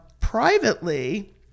privately